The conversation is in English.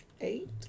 eight